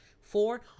Four